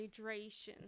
hydration